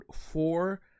four